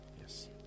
yes